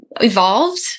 evolved